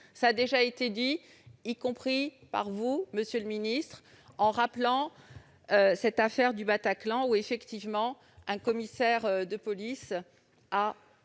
Cela a déjà été dit, y compris par vous, monsieur le ministre, en rappelant l'affaire du Bataclan, où, effectivement, un commissaire de police a